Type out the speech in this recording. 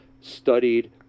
studied